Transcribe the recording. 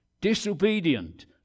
disobedient